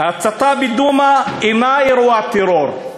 "ההצתה בדומא אינה אירוע טרור";